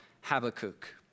Habakkuk